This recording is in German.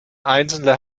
einzelne